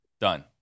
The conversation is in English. Done